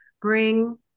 bring